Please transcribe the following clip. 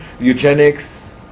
eugenics